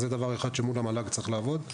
זה דבר אחד שצריך לעבוד עליו מול המל"ג;